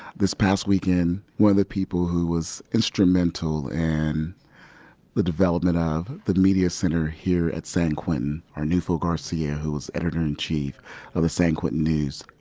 this past weekend, one of the people who was instrumental in the development ah of the media center here at san quentin, arnulfo garcia, who was editor-in-chief of the san quentin news,